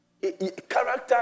Character